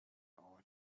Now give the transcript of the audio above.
all